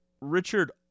Richard